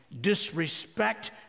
disrespect